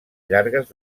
llargues